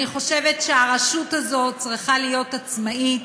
אני חושבת שהרשות הזאת צריכה להיות עצמאית,